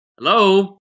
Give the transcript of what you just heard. Hello